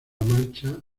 marcha